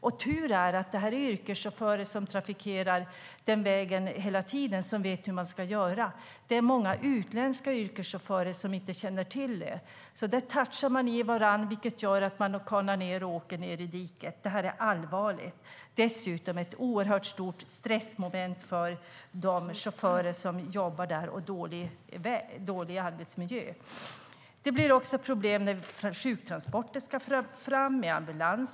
Det är tur att detta är yrkeschaufförer som trafikerar denna väg hela tiden och som vet hur man ska göra. Det är många utländska yrkeschaufförer som inte känner till detta. De touchar varandra, vilket gör att de kanar ned i diket. Detta är allvarligt, och dessutom är det ett oerhört stort stressmoment och en dålig arbetsmiljö för de chaufförer som jobbar där. Det blir också problem när sjuktransporter och ambulanser ska fram.